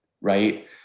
right